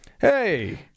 Hey